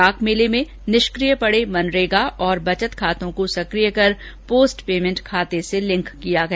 डाक मेले में निष्क्रिय पड़े मनरेगा और बचत खातों को सक्रिय कर पोस्ट पेमेंट खाते से लिंक किया गया